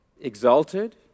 exalted